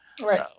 Right